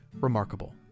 remarkable